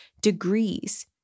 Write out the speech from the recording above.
degrees